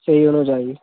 সেই অনুযায়ী